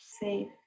safe